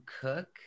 cook